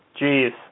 Jeez